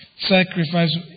Sacrifice